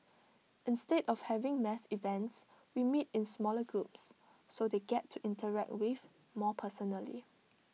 instead of having mass events we meet in smaller groups so they get to interact with more personally